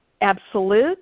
absolute